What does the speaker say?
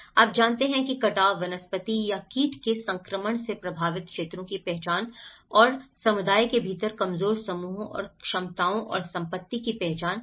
आप जानते हैं कि कटाव वनस्पति या कीट के संक्रमण से प्रभावित क्षेत्रों की पहचान की और समुदाय के भीतर कमजोर समूहों और क्षमताओं और संपत्ति की पहचान की